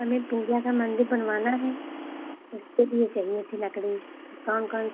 हमें पूजा का मंदिर बनवाना है उसके लिए चाहिए थी लकड़ी कौन कौन